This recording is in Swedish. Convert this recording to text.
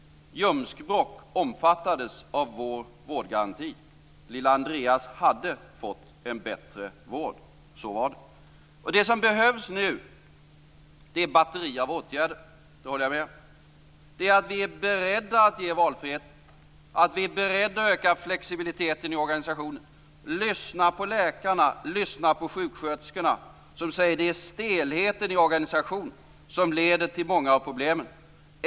Andreas hade fått en bättre vård. Så var det. Det som behövs nu är ett batteri av åtgärder. Det håller jag med om. Vi måste vara beredda att ge valfriheten, vara beredda att öka flexibiliteten i organisationen. Lyssna på läkarna, lyssna på sjuksköterskorna! De säger att det är stelheten i organisationen som leder till många av problemen.